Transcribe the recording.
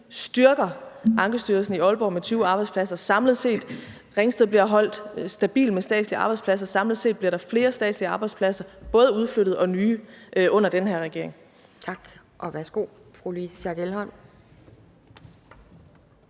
styrker Ankestyrelsen i Aalborg med 20 arbejdspladser samlet set. Ringsted bliver holdt stabilt med statslige arbejdspladser. Samlet set bliver der flere statslige arbejdspladser, både udflyttede og nye, under den her regering. Kl.